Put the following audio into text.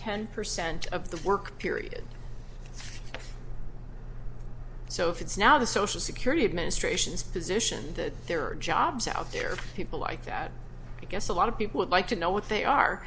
ten percent of the work period so if it's now the social security administration's position that there are jobs out there people like that i guess a lot of people would like to know what they are